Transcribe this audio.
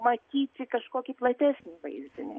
matyti kažkokį platesnį vaizdinį